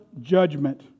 judgment